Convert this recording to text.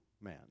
man